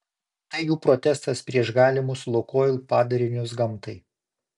tai jų protestas prieš galimus lukoil padarinius gamtai